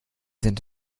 sind